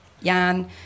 Jan